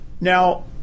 Now